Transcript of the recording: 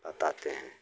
बताते हैं